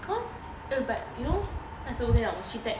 cause but you know 那时候我去 text